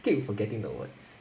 keep forgetting the words